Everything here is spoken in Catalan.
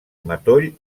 matoll